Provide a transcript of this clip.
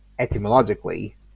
Etymologically